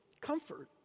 comfort